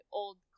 old